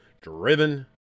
driven